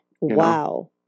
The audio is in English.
Wow